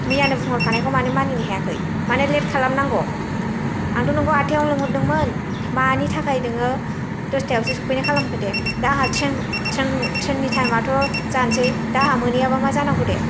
मैयानो बुंहरखानायखौ मानो मानिनो हायाखै मानो लेथ खालाम नांगौ आंथ' नोंखौ आथ्थायावनो लेंहरदोंमोन मानि थाखाय नोङो दस्थायावसो सफैनाय खालामखो दे दा आंहा थ्रेननि थामयाथ' जानसै दा आहा मोनहैयाबा मा जानांगौ दे